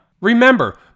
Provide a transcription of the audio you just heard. Remember